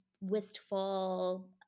wistful